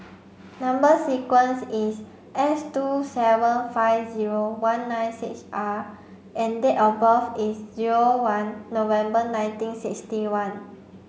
number sequence is S two seven five zero one nine six R and date of birth is zero one November nineteen sixty one